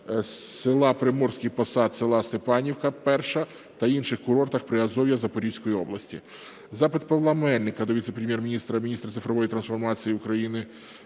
села Приморський посад, села Степанівка Перша та інших курортах Приазов'я Запорізької області. Запит Павла Мельника до віце-прем'єр-міністра - міністра цифрової трансформації України,